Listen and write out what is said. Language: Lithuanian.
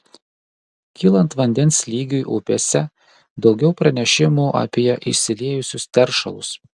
kylant vandens lygiui upėse daugiau pranešimų apie išsiliejusius teršalus